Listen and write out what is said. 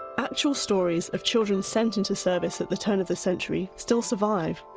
actual stories of children sent into service at the turn of the century still survive,